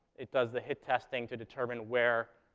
it does the hit testing to determine where